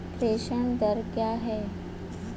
प्रेषण दर क्या है?